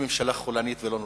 היא ממשלה חולנית ולא נורמלית.